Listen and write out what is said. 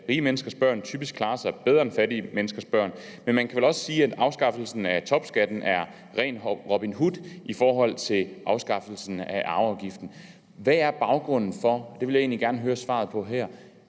at rige menneskers børn typisk klarer sig bedre end fattige menneskers børn. Men man kan vel også sige, at afskaffelsen af topskatten er ren Robin Hood i forhold til afskaffelsen af arveafgiften. Hvad er baggrunden for – det vil jeg egentlig gerne høre svaret på her